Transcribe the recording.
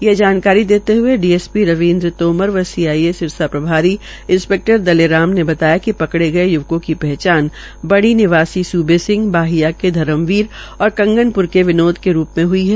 यह जानकारी देते हये डीएसपी रवीन्द्र तोमर व सीआईए सिरसा प्रभारी इंसपैक्टर दलेराम ने बताया कि पकड़े गये य्वकों की पहचान बणी निवासी सूबे सिंह बाहिया के धर्मवीर और कंगनप्र के विनोद के रूप में ह्ई है